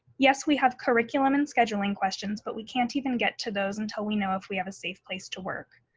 yes, we have curriculum and scheduling questions but we can't even get to those until we know if we have a safe place to work.